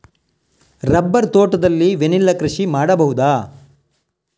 Rubber ತೋಟದಲ್ಲಿ vanilla ಕೃಷಿ ಮಾಡಬಹುದಾ?